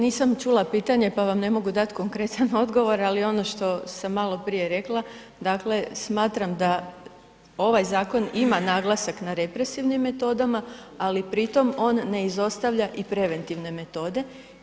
Nisam čula pitanje, pa vam ne mogu dati konkretan odgovor, ali ono što sam malo prije rekla, dakle smatram ovaj zakon ima naglasak na represivnim metodama, ali pri tom on ne izostavlja i preventivne metode.